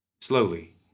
Slowly